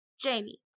Jamie